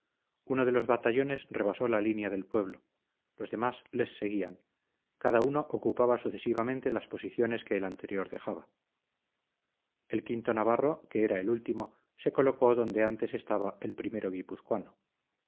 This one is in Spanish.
uno de los batallones rebasó la línea del pueblo los demás les seguían cada uno ocupaba sucesivamente las posiciones que el anterior dejaba el o navarro que era el último se colocó donde antes estaba el o